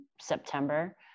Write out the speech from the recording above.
September